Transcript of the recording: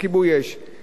לוח זמנים